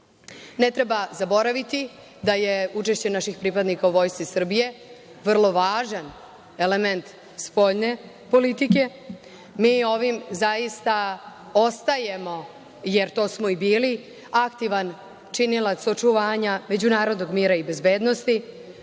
treba zaboraviti da je učešće naših pripadnika u Vojsci Srbije vrlo važan element spoljne politike. Mi ovim zaista ostajemo, jer to smo i bili, aktivan činilac očuvanja međunarodnog mira i bezbednosti.